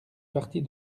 partie